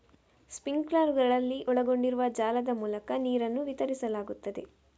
ಸ್ಪ್ರಿಂಕ್ಲರುಗಳಲ್ಲಿ ಒಳಗೊಂಡಿರುವ ಜಾಲದ ಮೂಲಕ ನೀರನ್ನು ವಿತರಿಸಲಾಗುತ್ತದೆ